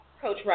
Coach